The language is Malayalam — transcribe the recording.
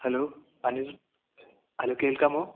ഹലോ അനിരു ഹലോ കേൾക്കാമോ